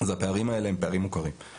הפערים האלה הם פערים מוכרים,